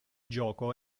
gioco